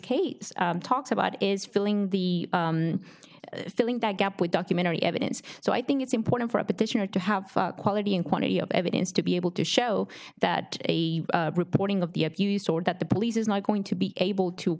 case talks about is filling the filling that gap with documentary evidence so i think it's important for a petitioner to have quality and quantity of evidence to be able to show that a reporting of the abuse or that the police is not going to be able to